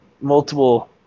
multiple